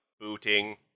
booting